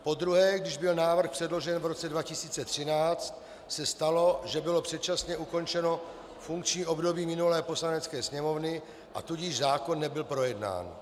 Podruhé, když byl návrh předložen, v roce 2013, se stalo, že bylo předčasně ukončeno funkční volební období minulé Poslanecké sněmovny, tudíž zákon nebyl projednán.